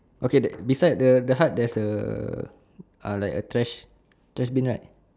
okay the beside the the heart there's a uh like a trash trash bin right